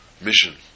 mission